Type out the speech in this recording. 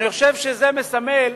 אני חושב שזה מסמל,